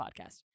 podcast